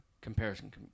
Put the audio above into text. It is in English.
comparison